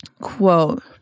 quote